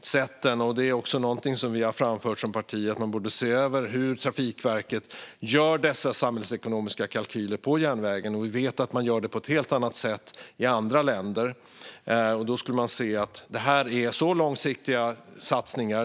sätten. Det är också någonting som vi har framfört som parti. Man borde se över hur Trafikverket gör dessa samhällsekonomiska kalkyler för järnvägen. Vi vet att man gör det ett helt annat sätt i andra länder. Det är långsiktiga satsningar.